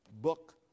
book